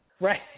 Right